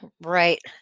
Right